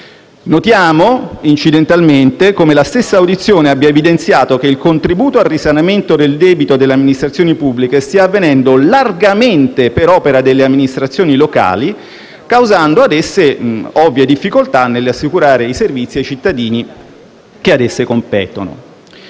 Notiamo, incidentalmente, come la stessa audizione abbia evidenziato che il contributo al risanamento del debito delle amministrazioni pubbliche stia avvenendo largamente per opera delle amministrazioni locali, causando ad esse ovvie difficoltà nell'assicurare i servizi ai cittadini che ad esse competono.